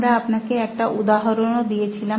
আমরা আপনাকে একটা উদাহরণও দিয়েছিলাম